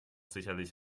sicherlich